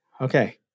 Okay